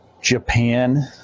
Japan